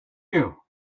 you